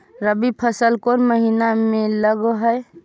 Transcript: रबी फसल कोन महिना में लग है?